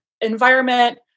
environment